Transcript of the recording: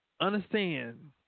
understand